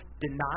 deny